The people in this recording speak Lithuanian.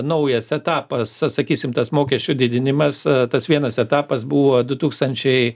naujas etapas sakysim tas mokesčių didinimas tas vienas etapas buvo du tūkstančiai